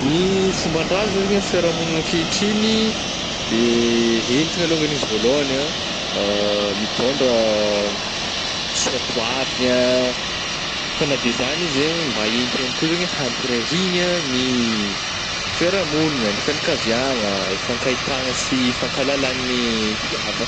Ny fomban-drazagna zegny amin'ny fiarahamognina ankehitrignyy dee entigna alôgnany izy voalogany ah mitôndra soatoavigna ah, fa na de zany izy, mba entigna ihagny koa zany hampiray higna ny fiarahamognina ny fiagnakaviagna, hifankahitagna sy hifankalalagn'ny mpihava.